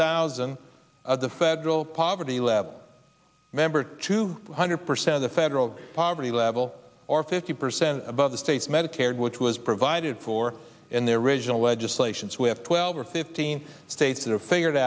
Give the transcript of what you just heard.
thousand the federal poverty level member two hundred percent the federal poverty level or fifty percent above the state's medicare which was provided for in their original legislations we have twelve or fifteen states that are figured